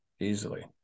easily